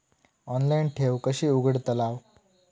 Online ठेव कशी उघडतलाव?